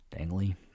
Dangly